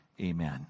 Amen